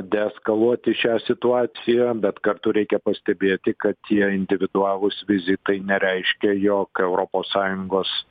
deeskaluoti šią situaciją bet kartu reikia pastebėti kad tie individualūs vizitai nereiškia jog europos sąjungos